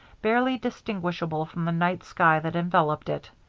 barely distinguishable from the night sky that enveloped it.